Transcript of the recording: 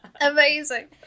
Amazing